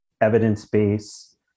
evidence-based